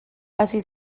hasi